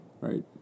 Right